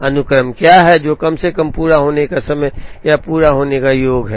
अनुक्रम क्या है जो कम से कम पूरा होने का समय या पूरा होने का योग है